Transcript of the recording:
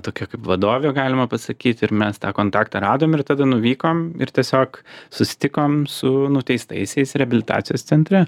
tokia kaip vadovė galima pasakyti ir mes tą kontaktą radom ir tada nuvykom ir tiesiog susitikom su nuteistaisiais reabilitacijos centre